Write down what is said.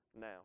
now